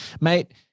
mate